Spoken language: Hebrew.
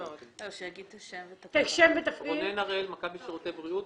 רונן הראל, מכבי שירותי בריאות.